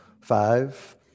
Five